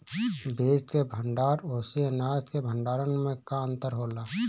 बीज के भंडार औरी अनाज के भंडारन में का अंतर होला?